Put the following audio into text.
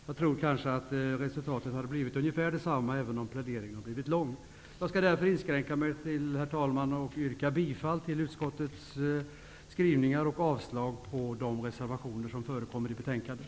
Jag tror att resultatet hade blivit ungefär detsamma, även om pläderingen hade blivit lång. Herr talman! Jag skall inskränka mig till att yrka bifall till utskottets hemställan och avslag på de reservationer som förekommer i betänkandet.